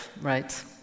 Right